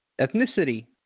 ethnicity